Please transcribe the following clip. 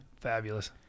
Fabulous